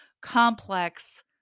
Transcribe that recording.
complex